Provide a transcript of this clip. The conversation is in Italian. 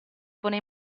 pone